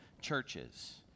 churches